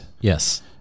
Yes